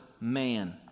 man